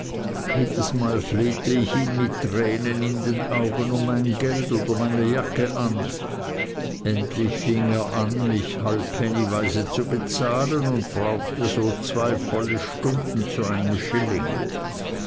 flehte ich ihn mit den tränen in den augen um mein geld oder meine jacke an endlich fing er an mich halbpennyweise zu bezahlen und brauchte so zwei volle stunden zu einem schilling